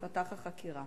תיפתח החקירה.